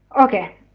okay